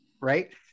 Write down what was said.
Right